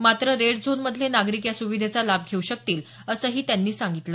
मात्र रेड झोनमधले नागरिक या सुविधेचा लाभ घेऊ शकतील असंही त्यांनी सांगितलं